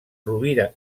rovira